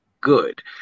good